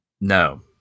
No